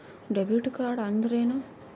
Debit ಕಾರ್ಡ್ಅಂದರೇನು?